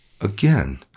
again